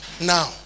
now